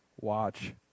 watch